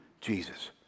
Jesus